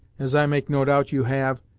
as i make no doubt you have,